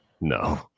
No